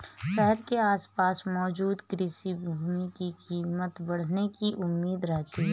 शहर के आसपास मौजूद कृषि भूमि की कीमत बढ़ने की उम्मीद रहती है